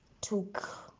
took